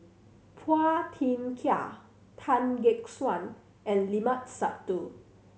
Phua Thin Kiay Tan Gek Suan and Limat Sabtu